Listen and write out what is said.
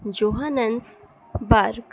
Johannesburg